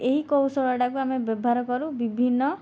ଏହି କୌଶଳଟାକୁ ଆମେ ବ୍ୟବହାର କରୁ ବିଭିନ୍ନ